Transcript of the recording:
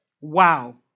wow